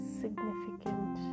significant